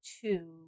two